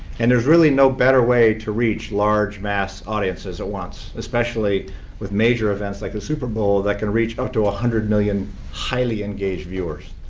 and there's really no better way to reach large mass audiences at once, especially with major events like the super bowl that could reach up to one ah hundred million highly engaged viewers.